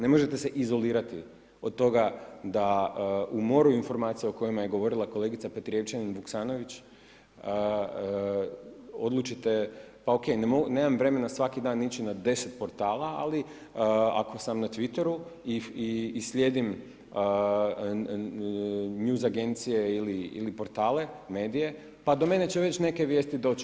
Ne možete se izolirati od toga da u moru informacija o kojima je govorila kolegica Petrijevčanin Vuksanović odlučite pa OK, nemam vremena svaki dan ići na 10 portala, ali ako sam Twiter-u i slijedim news agencije ili portale, medije, pa do mene će već neke vijesti doći.